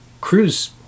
cruise